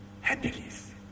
happiness